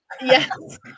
Yes